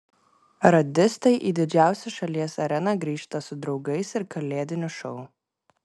radistai į didžiausią šalies areną grįžta su draugais ir kalėdiniu šou